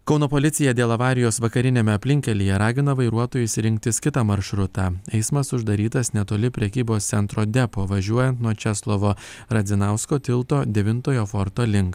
kauno policija dėl avarijos vakariniame aplinkkelyje ragina vairuotojus rinktis kitą maršrutą eismas uždarytas netoli prekybos centro depo važiuojant nuo česlovo radzikausko tilto devintojo forto link